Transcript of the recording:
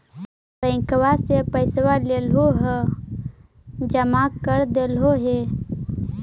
बैंकवा से पैसवा लेलहो है जमा कर देलहो हे?